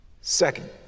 Second